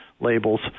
labels